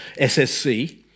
SSC